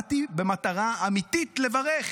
באתי במטרה אמיתית לברך,